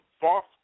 false